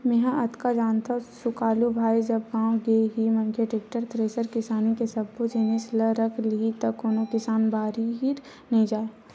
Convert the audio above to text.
मेंहा अतका जानथव सुकालू भाई जब गाँव के ही मनखे टेक्टर, थेरेसर किसानी के सब्बो जिनिस ल रख लिही त कोनो किसान बाहिर नइ जाय